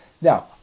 Now